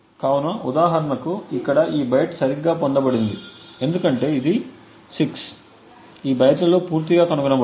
కాబట్టి ఉదాహరణకు ఇక్కడ ఈ బైట్ సరిగ్గా పొందబడింది ఎందుకంటే ఇది 6 ఈ బైట్లలో పూర్తిగా కనుగొనబడింది